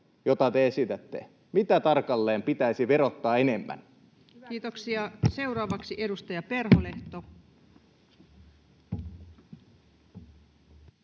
jota te esitätte: mitä tarkalleen pitäisi verottaa enemmän? Kiitoksia. — Seuraavaksi edustaja Perholehto.